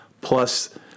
plus